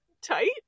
tight